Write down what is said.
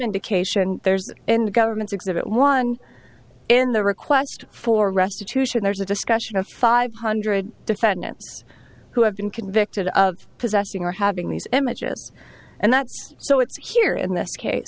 indication that in the government's exhibit one in the request for restitution there's a discussion of five hundred defendants who have been convicted of possessing or having these images and that so it's here in this case